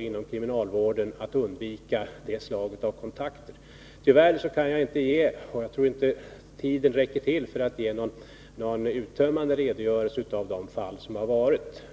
inom kriminalvården med att undvika det slaget av kontakter. Tyvärr kan jag inte nu-— jag tror inte att tiden räcker till för det — ge någon mer uttömmande redogörelse för de fall som har förekommit.